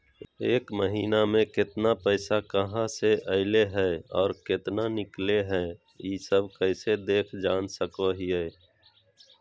एक महीना में केतना पैसा कहा से अयले है और केतना निकले हैं, ई सब कैसे देख जान सको हियय?